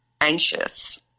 anxious